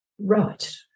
Right